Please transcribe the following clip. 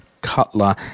Cutler